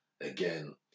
again